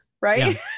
right